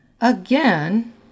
Again